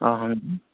ఆహా